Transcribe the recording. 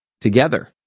together